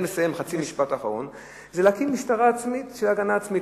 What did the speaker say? זה הקמת משטרה עצמאית להגנה עצמית.